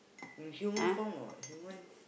in human form or human